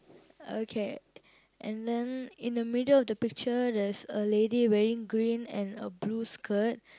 okay and then in the middle of the picture there's a lady wearing green and a blue skirt